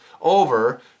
over